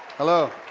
hello.